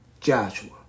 Joshua